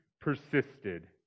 persisted